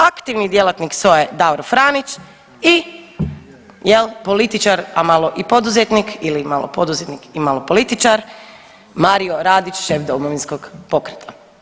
aktivni djelatnik SOA-e Davor Franić i jel političar, a malo poduzetnik ili malo poduzetnik i malo političar Mario Radić šef Domovinskog pokreta.